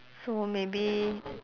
so maybe